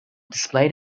displayed